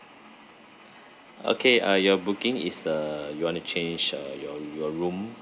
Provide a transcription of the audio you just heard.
okay ah your booking is uh you want to change uh your your room